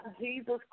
Jesus